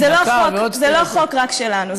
זה לא חוק רק שלנו,